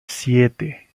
siete